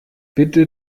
bitte